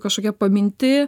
kašokie paminti